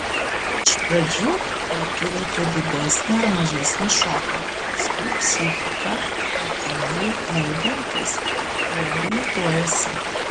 iš pradžių patiriate didesnį ar mažesnį šoką paskui psichika protingai elgiantis reabilituojasi